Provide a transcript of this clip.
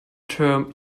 term